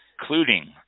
including